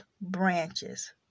branches